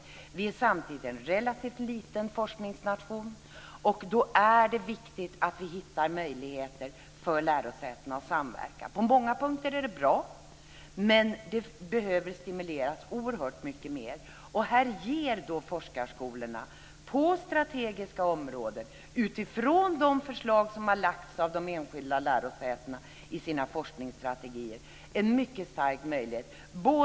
Samtidigt är ju Sverige en relativt liten forskningsnation, och därför är det viktigt att vi hittar möjligheter för lärosätena att samverka. På många punkter är samarbetet bra, men det behöver stimuleras oerhört mycket mer. Här ger forskarskolorna på strategiska områden utifrån de förslag som har lagts fram av de enskilda lärosätena i sina forskningsstrategier en mycket stor möjlighet.